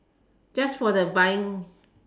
just for the buying